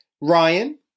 Ryan